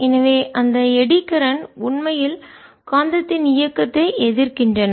எனவே அந்த eddy current சுழல் மின்னோட்டம் உண்மையில் காந்தத்தின் இயக்கத்தை எதிர்க்கின்றன